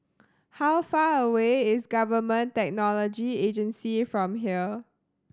how far away is Government Technology Agency from here